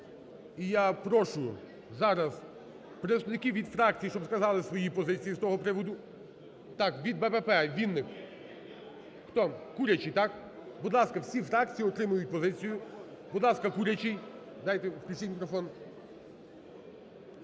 і я прошу зараз представників від фракцій, щоб сказали свої позиції з того приводу. Так, від БПП – Вінник. Хто? Курячий, так? Будь ласка, всі фракції отримають позицію. Будь ласка, Курячий. Дайте, включіть мікрофон.